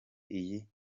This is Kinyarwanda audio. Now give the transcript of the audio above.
iyi